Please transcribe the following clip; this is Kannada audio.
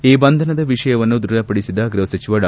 ಈ ಬಂಧನದ ವಿಷಯವನ್ನು ದೃಢಪಡಿಸಿದ ಗೃಹ ಸಚಿವ ಡಾ